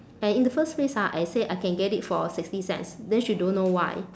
and in the first place ah I say I can get it for sixty cents then she don't know why